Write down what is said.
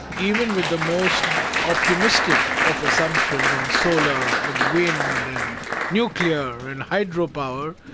even with the most optimistic of assumptions on solar and wind and nuclear and hydropower,